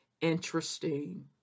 Interesting